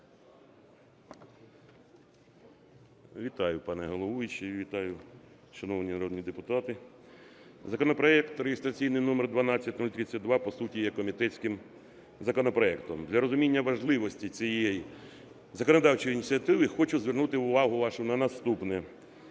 Вітаю, пане головуючий. Вітаю, шановні народні депутати. Законопроект реєстраційний номер 12032, по суті, є комітетським законопроектом. Для розуміння важливості цієї законодавчої ініціативи хочу звернути увагу вашу на наступне.